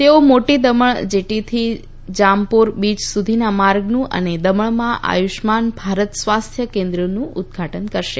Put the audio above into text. તેઓ મોટી દમણ જેદીથી જામપોર બીય સુધીના માર્ગનું અને દમણમાં આયુષ્યમાન ભારત સ્વાસ્થ કેન્દ્રનું ઉદઘાટન કરશે